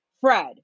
Fred